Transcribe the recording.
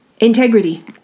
Integrity